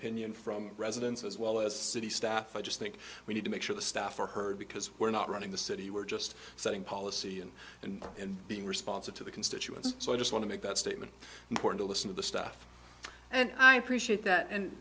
opinion from residents as well as city staff i just think we need to make sure the staff are heard because we're not running the city we're just setting policy and and and being responsive to the constituents so i just want to make that statement important to listen to the stuff and i appreciate that and